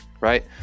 right